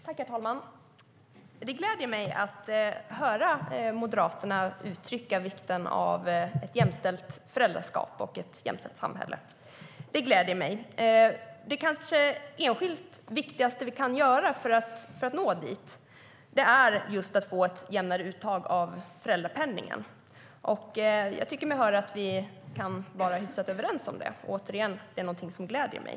Herr talman! Det gläder mig att höra Moderaterna uttrycka vikten av ett jämställt föräldraskap och ett jämställt samhälle. Det kanske enskilt viktigaste som vi kan göra för att nå dit är just att få ett jämnare uttag av föräldrapenningen. Jag tycker mig höra att vi är hyfsat överens om det, vilket gläder mig.